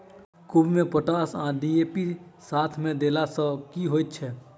कोबी मे पोटाश आ डी.ए.पी साथ मे देला सऽ की होइ छै?